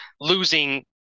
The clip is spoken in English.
losing –